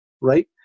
right